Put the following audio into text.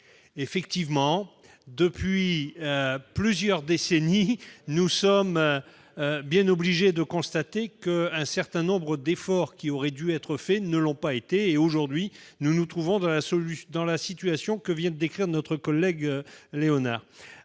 En effet, depuis plusieurs décennies, nous sommes bien obligés de constater qu'un certain nombre d'efforts qui auraient dû être faits ne l'ont pas été. Aujourd'hui, nous nous trouvons dans la situation que vient de décrire notre collègue Olivier